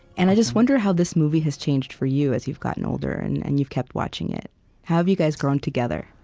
and i just wonder how this movie has changed for you, as you've gotten older and and you've kept watching it. how have you guys grown together?